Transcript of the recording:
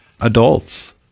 adults